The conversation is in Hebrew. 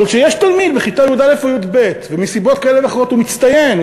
אבל כשיש תלמיד בכיתה י"א או י"ב ומסיבות כאלה ואחרות הוא מצטיין,